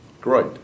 Great